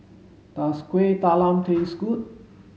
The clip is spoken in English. does Kueh Talam taste good